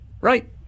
Right